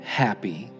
happy